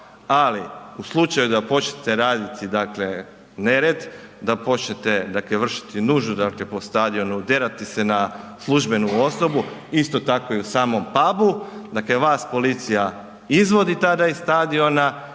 ali u slučaju da počnete raditi nered, da počnete vršiti nuždu po stadionu, derati se na službenu osobu, isto tako i u samom pubu dakle vas policija izvodi tada iz stadiona